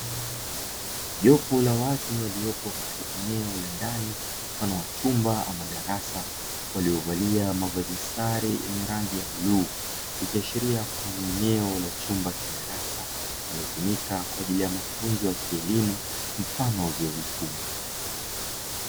Jopo la watu waliopo katika eneo la ndani mfano wa chumba ama darasa, waliovalia mavazi sare yenye rangi ya bluu, ikiashiria kuwa ni eneo la chumba cha darasa, eneo hilo linatumika kwa ajili ya mafunzo ya kielimu mfano wa vyuo vikuu.